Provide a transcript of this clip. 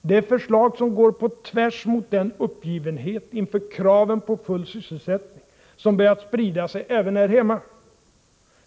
Det är förslag som går tvärtemot den uppgivenhet inför kraven på full sysselsättning som börjat sprida sig även här hemma.